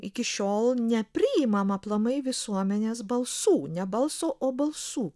iki šiol nepriimam aplamai visuomenės balsų ne balso o balsų